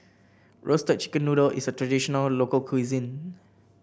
Roasted Chicken Noodle is a traditional local cuisine